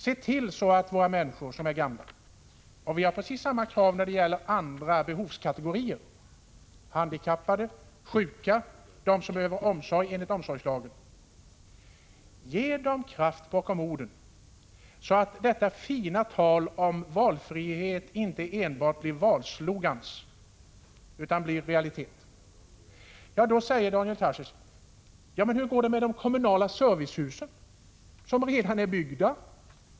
Se till att våra gamla — och vi har precis samma krav för andra behovskategorier, såsom handikappade, sjuka och de som behöver omsorg enligt omsorgslagen — får uppleva att det fina talet om valfrihet inte enbart blir valslogan utan realiteter! Då säger Daniel Tarschys: Hur går det med de kommunala servicehus som redan är byggda?